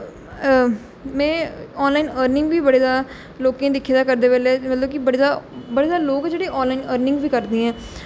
में online earning बी बड़ी ज्यादा लोकें गी दिक्खे दा करदे बेल्ले मतलब कि बड़ी ज्यादा बड़े ज्यादा लोक जेह्ड़े आनलाइन अर्निंग बी करदे ऐ